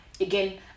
again